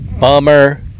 Bummer